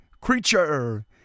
creature